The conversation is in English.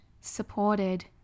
supported